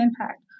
impact